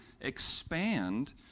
expand